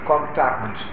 Contact